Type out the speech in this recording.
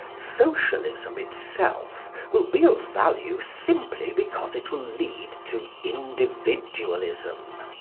socialism itself will be of value simply because it will lead to individualism.